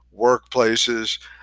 workplaces